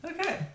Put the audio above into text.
Okay